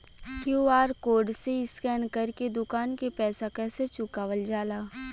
QR code से scan कर के दुकान के पैसा कैसे चुकावल जाला?